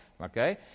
okay